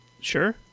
Sure